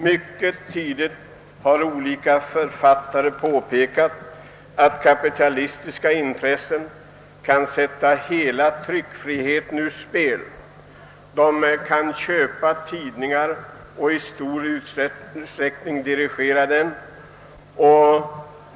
Myeket tidigt har olika författare påpekat att kapitalistiska intressen kan sätta hela tryckfriheten ur spel. Sådana intressenter kan köpa in tidningar och i stor utsträckning dirigera dessa.